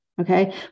okay